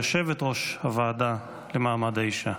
יושבת-ראש הוועדה למעמד האישה.